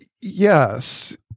Yes